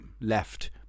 left